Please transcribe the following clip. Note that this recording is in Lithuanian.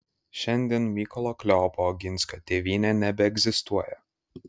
šiandien mykolo kleopo oginskio tėvynė nebeegzistuoja